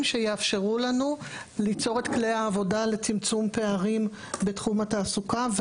שיאפשרו לנו ליצור את כלי העבודה לצמצום פערים בתחום התעסוקה.